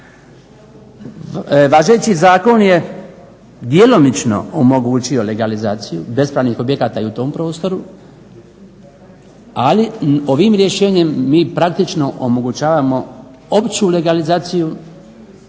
Važeći zakon je djelomično omogućio legalizaciju bespravnih objekata i u tom prostoru, ali ovim rješenjem mi praktično omogućavamo opću legalizaciju